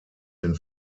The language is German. den